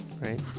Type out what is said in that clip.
right